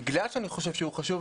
בגלל שאני חושב שהוא חשוב,